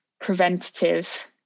preventative